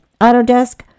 Autodesk